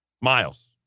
miles